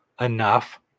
enough